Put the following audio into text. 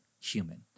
human